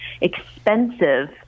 expensive